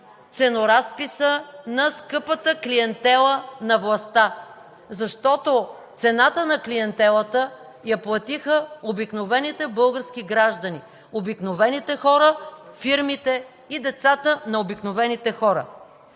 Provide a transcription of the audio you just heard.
ценоразписа на скъпата клиентела на властта, защото цената на клиентелата я платиха обикновените български граждани, обикновените хора, фирмите и децата на обикновените хора.